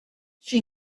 she